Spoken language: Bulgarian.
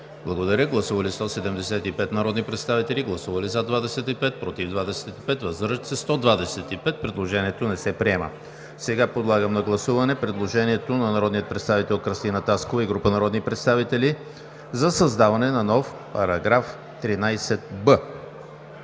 § 13а. Гласували 175 народни представители: за 25, против 25, въздържали се 125. Предложението не се приема. Подлагам на гласуване предложението на народния представител Кръстина Таскова и група народни представители за създаване на нов § 13б.